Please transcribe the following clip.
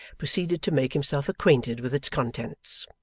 proceeded to make himself acquainted with its contents.